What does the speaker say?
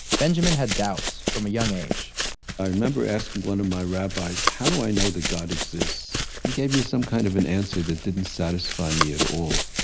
benjamin had doubts from a young age i remember asking one of my rabbis, how do i know that god exists he gave me some kind of an answer that didn't satisfy me at all.